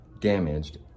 damaged